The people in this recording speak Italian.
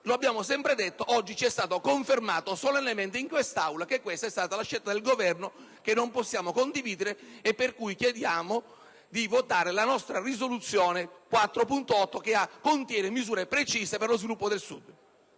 Lo abbiamo sempre detto; oggi ci è stato confermato solennemente in quest'Aula che questa è stata la scelta del Governo, che non possiamo condividere, per cui chiediamo di votare il nostro emendamento 4.8, che contiene misure precise per lo sviluppo del Sud.